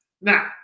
Now